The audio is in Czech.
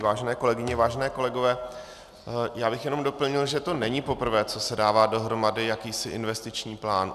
Vážené kolegyně, vážení kolegové, já bych jenom doplnil, že to není poprvé, co se dává dohromady jakýsi investiční plán.